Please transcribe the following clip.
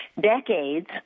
decades